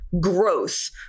growth